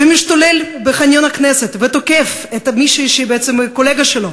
ומשתולל בחניון הכנסת ותוקף מישהי שהיא קולגה שלו,